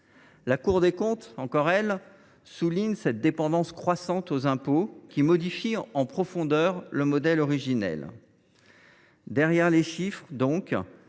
La Cour des comptes souligne également cette dépendance croissante aux impôts, qui modifie en profondeur le modèle originel. Derrière les chiffes, la